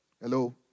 Hello